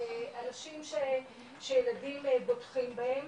אנשים שילדים בוטחים בהם,